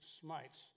smites